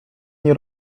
nie